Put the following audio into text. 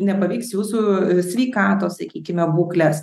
nepaveiks jūsų sveikatos sakykime būklės